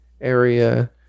area